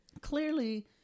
clearly